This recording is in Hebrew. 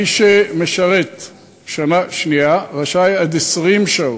מי שמשרת שנה שנייה, רשאי, עד 20 שעות.